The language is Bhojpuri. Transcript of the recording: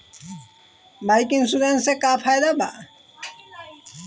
बाइक इन्शुरन्स से का फायदा बा?